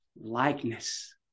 likeness